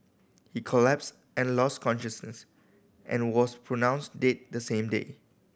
he collapsed and lost consciousness and was pronounced dead the same day